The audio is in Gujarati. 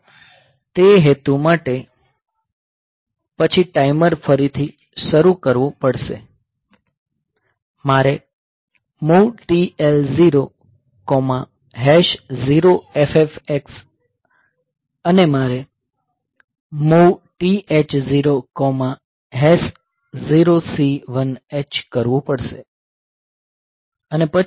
અને તે હેતુ માટે પછી ટાઈમર ફરીથી શરૂ કરવું પડશે મારે MOV TL00FFX અને મારે MOV TH00C1 H કરવું પડશે